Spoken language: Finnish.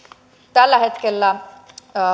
tällä hetkellä